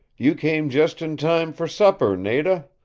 you came just in time for supper, nada.